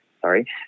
sorry